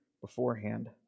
beforehand